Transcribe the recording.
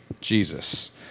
Jesus